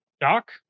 Doc